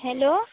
hello